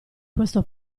questo